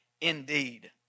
indeed